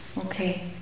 Okay